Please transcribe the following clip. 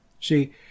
See